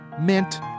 mint